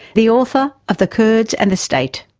the author of the kurds and the state.